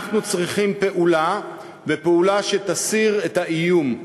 אנחנו צריכים פעולה, ופעולה שתסיר את האיום.